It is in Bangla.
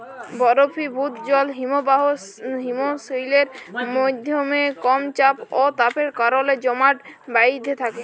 বরফিভুত জল হিমবাহ হিমশৈলের মইধ্যে কম চাপ অ তাপের কারলে জমাট বাঁইধ্যে থ্যাকে